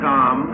Tom